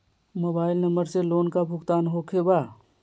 Mobile number से loan का भुगतान होखे बा?